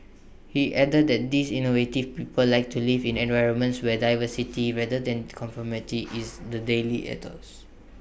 he added that these innovative people like to live in environments where diversity rather than conformity is the daily ethos